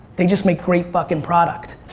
they just make great fucking product.